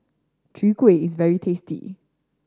Chwee Kueh is very tasty